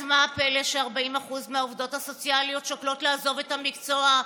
אז מה הפלא ש-40% מהעובדות הסוציאליות שוקלות לעזוב את המקצוע?